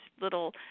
little